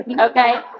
Okay